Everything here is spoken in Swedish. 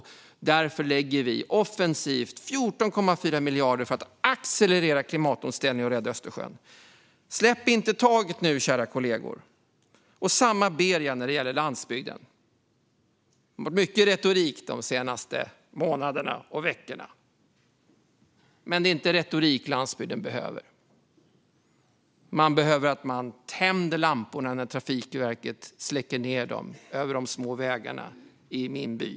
Därför lägger vi offensivt 14,4 miljarder för att accelerera klimatomställningen och rädda Östersjön. Släpp inte taget nu, kära kollegor! Detsamma ber jag om när det gäller landsbygden. Det har varit mycket retorik de senaste månaderna och veckorna. Men det är inte retorik landsbygden behöver. Det som behövs är att man tänder lamporna när Trafikverket släckt ned dem över de små vägarna i min by.